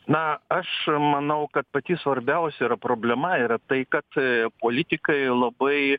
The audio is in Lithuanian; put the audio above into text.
na aš manau kad pati svarbiausia yra problema yra tai kad politikai labai